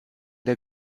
der